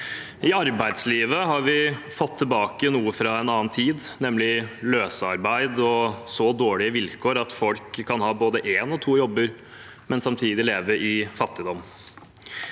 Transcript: I arbeidslivet har vi fått tilbake noe fra en annen tid, nemlig løsarbeid og så dårlige vilkår at folk kan ha både en og to jobber, men samtidig leve i fattigdom.